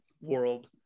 world